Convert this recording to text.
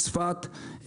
צפת,